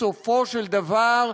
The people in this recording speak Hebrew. בסופו של דבר,